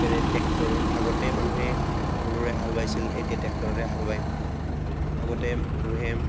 tractor আগতে মানুহে গৰুৰে হাল বাইছিল এতিয়া ট্ৰেক্টৰৰে হাল বায় আগতে ৰোৱে